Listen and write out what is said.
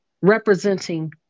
representing